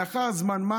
לאחר זמן מה